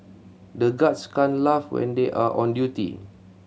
the guards can't laugh when they are on duty